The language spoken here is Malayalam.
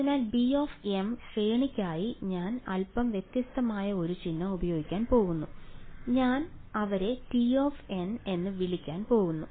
അതിനാൽ bn ശ്രേണിയ്ക്കായി ഞാൻ അല്പം വ്യത്യസ്തമായ ഒരു ചിഹ്നം ഉപയോഗിക്കാൻ പോകുന്നു ഞാൻ അവരെ tn എന്ന് വിളിക്കാൻ പോകുന്നു